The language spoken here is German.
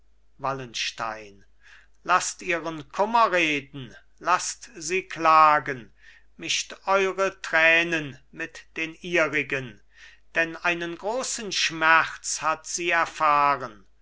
wallenstein laßt ihren kummer reden laßt sie klagen mischt eure tränen mit den ihrigen denn einen großen schmerz hat sie erfahren